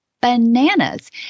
bananas